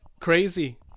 Crazy